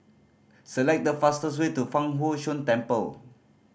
select the fastest way to Fang Huo Yuan Temple